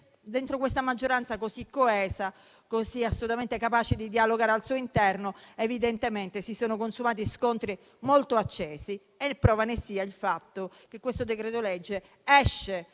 dentro questa maggioranza così coesa, così assolutamente capace di dialogare al suo interno, evidentemente si sono consumati scontri molto accesi. Prova ne è il fatto che questo decreto-legge esce